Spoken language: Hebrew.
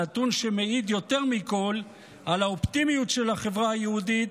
נתון שמעיד יותר מכל על האופטימיות של החברה היהודית,